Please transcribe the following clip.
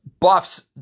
Buffs